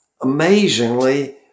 amazingly